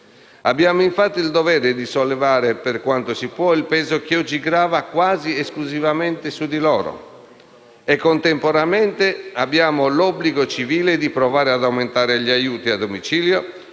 Abbiamo, infatti, il dovere di sollevare, per quanto si può, il peso che oggi grava quasi esclusivamente su di loro e contemporaneamente abbiamo l'obbligo civile di provare ad aumentare gli aiuti a domicilio,